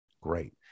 Great